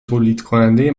تولیدکننده